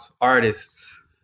artists